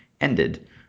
ended